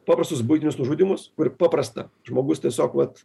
paprastus buitinius žudymus paprasta žmogus tiesiog vat